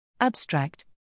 Abstract